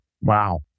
Wow